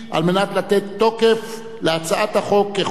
כדי לתת תוקף להצעת החוק כחוק.